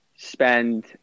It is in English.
spend